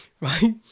right